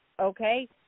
okay